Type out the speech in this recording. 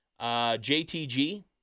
JTG